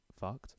fucked